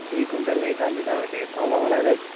ଦୁଇ କୁଇଣ୍ଟାଲ୍ ନେଇଥାନ୍ତି ତ ଟିକେ କମ୍ ହେବ ନା ରେଟ୍